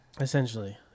Essentially